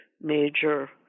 major